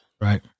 Right